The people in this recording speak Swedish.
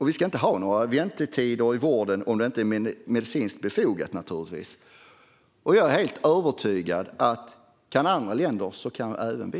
Vi ska inte ha några väntetider i vården som inte är medicinskt befogade. Jag är helt övertygad om att kan andra länder, så kan även vi!